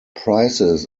prices